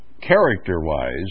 character-wise